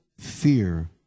fear